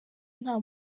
nta